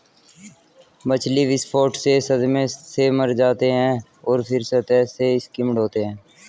मछली विस्फोट से सदमे से मारे जाते हैं और फिर सतह से स्किम्ड होते हैं